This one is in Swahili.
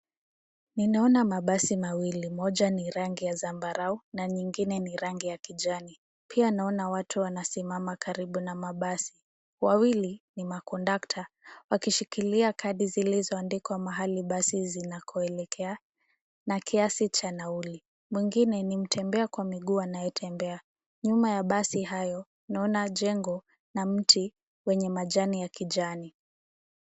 Ninaona mabasi mawili; moja ni rangi ya zambaru na nyingine ni rangi ya kijani. Pia, naona watu wanasimama karibu na mabasi. Wawili ni makondakta, wakishikilia kadi zilizoandikwa mahali basi zinazoelekea na kiasi cha nauli. Mwingine ni mtembea kwa miguu anayetembea. Nyuma ya basi hayo naona jengo na mti wenye majani ya kijani.